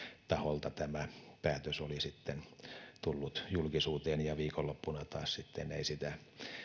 taholta tämä päätös oli tullut julkisuuteen ja viikonloppuna taas sitten ei sitä